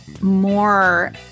more